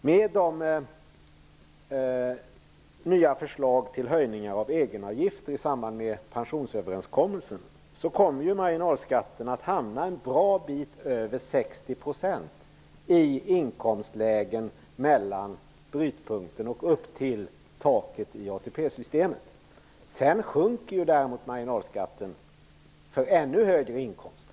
Men med de nya förslag till höjningar av egenavgifter i samband med pensionsöverenskommelsen kommer ju marginalskatten att hamna en bra bit över 60 % i inkomstlägen mellan brytpunkten och upp till taket i ATP-systemet. Däremot sjunker marginalskatten för de ännu högre inkomsterna.